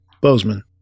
Bozeman